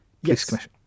Yes